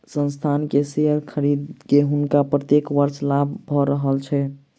संस्थान के शेयर खरीद के हुनका प्रत्येक वर्ष लाभ भ रहल छैन